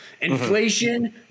Inflation